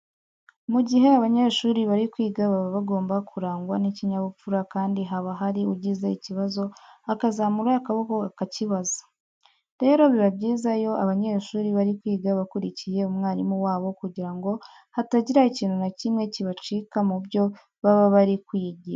Mu gihe abanyeshuri bari kwiga baba bagomba kurangwa n'ikinyabupfura kandi haba hari ugize ikibazo akazamura akabako akakibaza. Rero biba byiza iyo abanyeshuri bari kwiga bakurikiye umwarimu wabo kugira ngo hatagira ikintu na kimwe kibacika mu byo baba bari kwigisha.